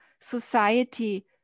society